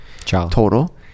total